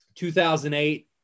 2008